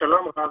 שתי חלופות.